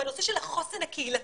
בנושא של החוסן הקהילתי,